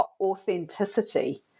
authenticity